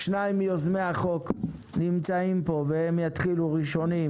שניים מיוזמי החוק נמצאים פה והם יתחילו ראשונים